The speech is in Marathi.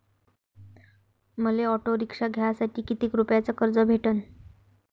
मले ऑटो रिक्षा घ्यासाठी कितीक रुपयाच कर्ज भेटनं?